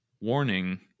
warning